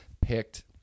picked